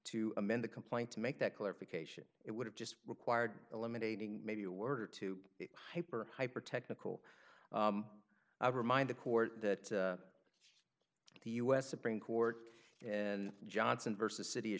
to amend the complaint to make that clarification it would have just required eliminating maybe a word or two hyper hyper technical i remind the court that the u s supreme court and johnson versus city